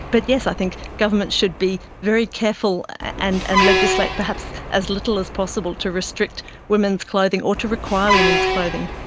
but yes, i think governments should be very careful and and legislate perhaps as little as possible to restrict women's clothing or to require women's clothing,